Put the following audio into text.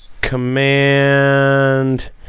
Command